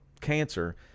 cancer